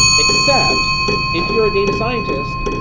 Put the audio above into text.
except if you're a data scientist,